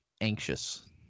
anxious